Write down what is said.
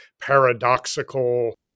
paradoxical